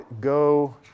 go